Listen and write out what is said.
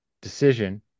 decision